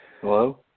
Hello